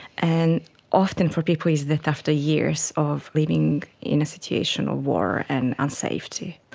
and often for people is that after years of living in a situation of war and unsafety.